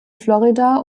florida